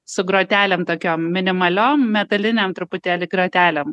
su grotelėm tokiom minimaliom metalinėm truputėlį grotelėm